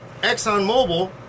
ExxonMobil